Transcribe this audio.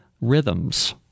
rhythms